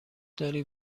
داری